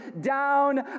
down